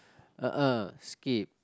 a'ah skip